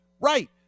right